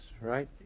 right